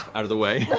out of the way.